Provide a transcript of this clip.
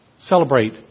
celebrate